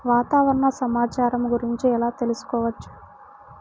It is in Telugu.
వాతావరణ సమాచారము గురించి ఎలా తెలుకుసుకోవచ్చు?